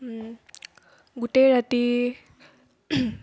গোটেই ৰাতি